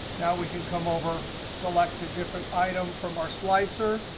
now we can come over, select a different item from our slicer,